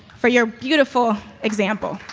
for your beautiful example.